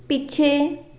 ਪਿੱਛੇ